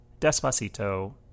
Despacito